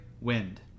wind